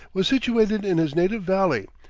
was situated in his native valley,